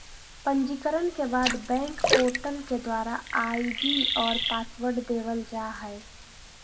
पंजीकरण के बाद बैंक पोर्टल के द्वारा आई.डी और पासवर्ड देवल जा हय